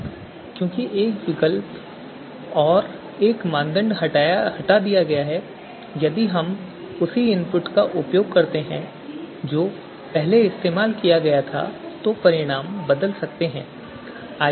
अब क्योंकि एक विकल्प और एक मानदंड हटा दिया गया है और यदि हम उसी इनपुट का उपयोग करते हैं जो पहले इस्तेमाल किया गया था तो परिणाम बदल सकते हैं